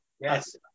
Yes